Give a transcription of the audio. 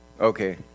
okay